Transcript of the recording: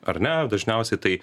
ar ne dažniausiai tai